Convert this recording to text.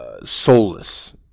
soulless